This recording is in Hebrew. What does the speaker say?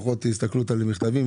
ומפחות הסתכלות על המכתבים.